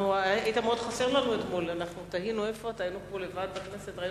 היית חסר לנו אתמול, היינו פה לבד בכנסת.